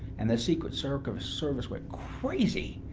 and the secret sort of service went crazy.